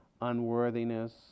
unworthiness